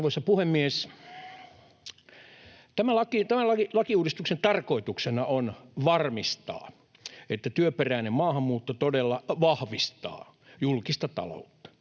Arvoisa puhemies! Tämän lakiuudistuksen tarkoituksena on varmistaa, että työperäinen maahanmuutto todella vahvistaa julkista taloutta.